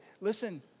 listen